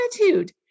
attitude